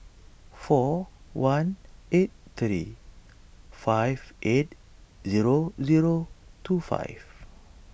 four one eight thirty five eight zero zero two five